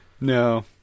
No